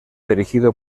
dirigido